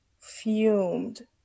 fumed